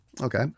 Okay